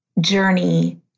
journey